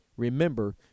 Remember